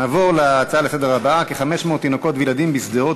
נעבור להצעה הבאה: כ-500 תינוקות וילדים בשדרות